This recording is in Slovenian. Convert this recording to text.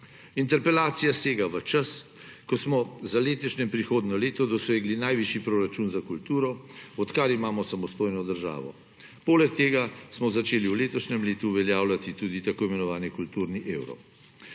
Interpelacija sega v čas, ko smo za letošnje in prihodnje leto dosegli najvišji proračun za kulturo, odkar imamo samostojno državo. Poleg tega smo začeli v letošnjem letu uveljavljati tudi tako imenovani kulturni evro.